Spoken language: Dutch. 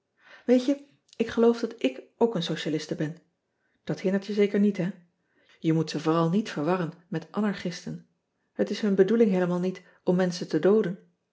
eet je ik geloof dat ik ook een socialiste ben at hindert je zeker niet hè e moet ze vooral niet verwarren met anarchisten et is hun bedoeling heelemaal niet om menschen te dooden